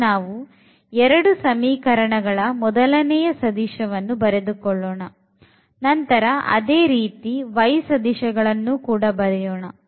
ಈಗ ನಾವು 2 ಸಮೀಕರಣಗಳ ಮೊದಲನೆಯ ಸದಿಶ ವನ್ನು ಬರೆದು ಕೊಳ್ಳೋಣ ನಂತರ ಅದೇ ರೀತಿ y ಸದಿಶಗಳನ್ನು ಕೂಡ ಬರೆಯೋಣ